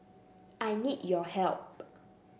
I need your help